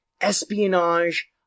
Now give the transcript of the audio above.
espionage